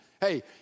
Hey